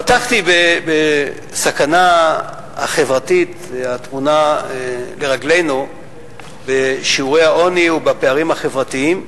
פתחתי בסכנה החברתית הטמונה לרגלינו בשיעורי העוני ובפערים החברתיים.